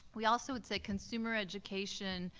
we also would say consumer education,